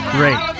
Great